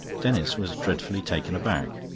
denis was dreadfully taken aback.